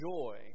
joy